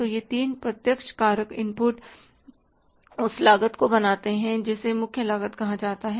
तो ये तीन प्रत्यक्ष कारक इनपुट कारक उस लागत को बनाते हैं जिसे मुख्य लागत कहा जाता है